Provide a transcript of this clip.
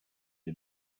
est